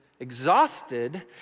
exhausted